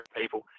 people